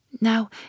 Now